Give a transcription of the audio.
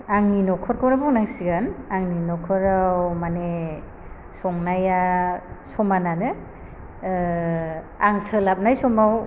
आंनि नखरखौनो बुंनांसिगोन आंनि नखराव माने संनाया समानानो आं सोलाबनाय समाव